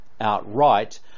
outright